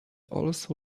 also